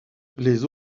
les